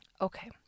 Okay